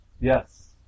Yes